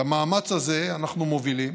את המאמץ הזה אנחנו מובילים,